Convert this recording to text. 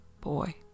Boy